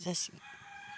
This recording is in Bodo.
जासिगोन